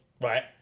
Right